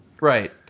Right